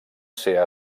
ser